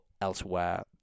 elsewhere